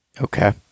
Okay